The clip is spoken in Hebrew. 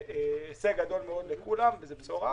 זה הישג גדול מאוד לכולם וזו בשורה,